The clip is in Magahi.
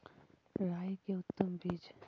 राई के उतम बिज?